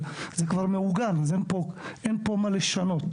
זה כבר מאורגן אז אין פה מה לשנות.